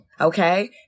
okay